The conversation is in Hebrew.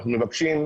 אנחנו מבקשים,